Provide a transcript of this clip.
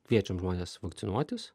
kviečiam žmones vakcinuotis